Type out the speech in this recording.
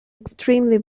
extremely